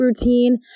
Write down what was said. routine